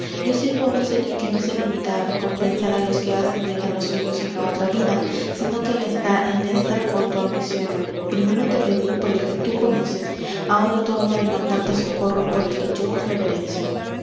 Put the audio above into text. yo sirvo á un señor que no se limita á recompensar á los que hacen bien á los suyos en la otra vida sino que les da en esta cuanto ambicionan primero te pedí por el que tú conoces ahora torno á demandarte socorro por el que yo reverencio